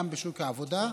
גם בשוק העבודה,